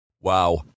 Wow